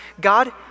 God